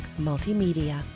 Multimedia